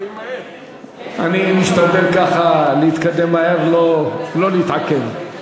אני משתדל ככה להתקדם מהר, לא להתעכב.